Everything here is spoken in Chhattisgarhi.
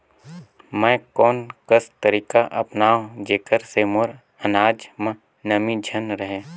मैं कोन कस तरीका अपनाओं जेकर से मोर अनाज म नमी झन रहे?